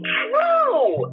true